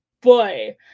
boy